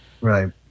Right